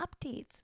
updates